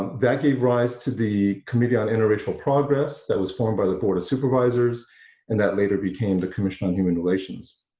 that gave rise to the committee on interracial progress that was formed by the board of supervisors and that later became the commission on human relations.